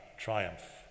triumph